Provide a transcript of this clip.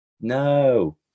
No